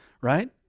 right